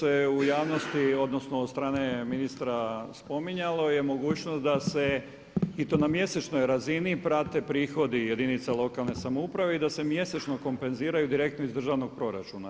Da, vidite, ono što se u javnosti odnosno od strane ministra spominjalo je mogućnost da se i to na mjesečnoj razini prate prihodi jedinica lokalne samouprave i da se mjesečno kompenziraju direktno iz državnog proračuna.